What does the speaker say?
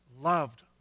loved